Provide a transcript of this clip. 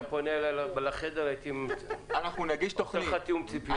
אם היית פונה אליי לחדר הייתי עושה לך תיאום ציפיות.